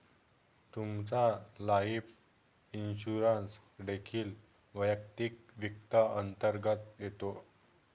तुमचा life insurance देखील वैयक्तिक वित्त अंतर्गत येतो